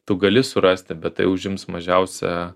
tu gali surasti bet tai užims mažiausia